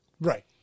Right